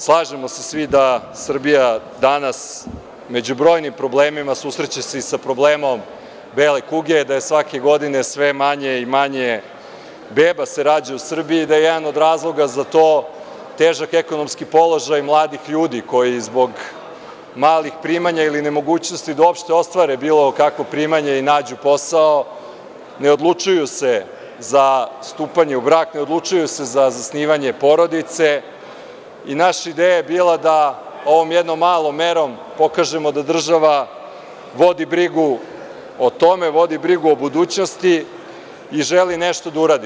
Slažemo se svi da Srbija danas među brojnim problemima, susreće se i sa problemom bele kuge, da svake godine sve manje i manje beba se rađa u Srbiji, i da je jedan od razloga za to težak ekonomski položaj mladih ljudi, koji zbog malih primanja ili nemogućnosti da uopšte ostvare bilo kakvo primanje i nađu posao, ne odlučuju se za stupanje u brak, ne odlučuju se za osnivanje porodice, i naša ideja je bila da ovom jednom malom merom pokažemo da država vodi brigu o tome, vodi brigu o budućnosti i želi nešto da uradi.